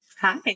Hi